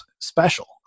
special